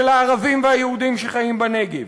של הערבים והיהודים שחיים בנגב.